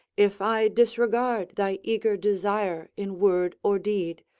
if i disregard thy eager desire in word or deed,